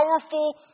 powerful